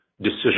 decision